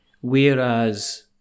whereas